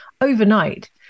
overnight